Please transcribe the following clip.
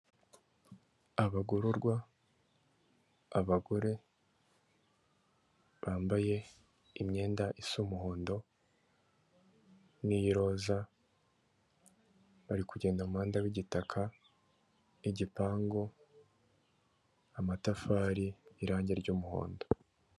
Abagororwa, abagore bambaye imyenda isa umuhondo n'iy'iroza bari kugenda mu muhanda w'igitaka n'igipangu, amatafari n'irangi ry'umuhondo.